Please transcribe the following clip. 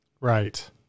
Right